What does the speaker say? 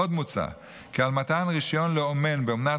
עוד מוצע כי על מתן רישיון לאומן באומנת